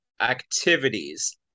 activities